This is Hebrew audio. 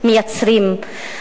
מייצרים.